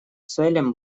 целям